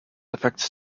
affects